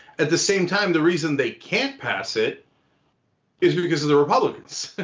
at the same time, the reason they can't pass it is because of the republicans.